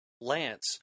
lance